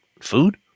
food